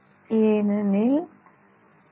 ஏனெனில் ஏ